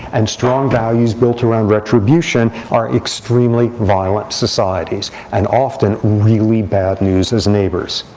and strong values built around retribution are extremely violent societies, and often really bad news as neighbors.